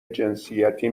جنسیتی